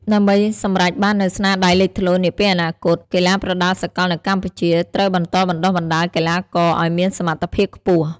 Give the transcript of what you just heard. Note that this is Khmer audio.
ដើម្បីសម្រេចបាននូវស្នាដៃលេចធ្លោនាពេលអនាគត កីឡាប្រដាល់សកលនៅកម្ពុជាត្រូវបន្តបណ្តុះបណ្តាលកីឡាករឲ្យមានសមត្ថភាពខ្ពស់។